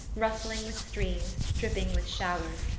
rustling with streams, dripping with showers,